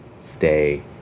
stay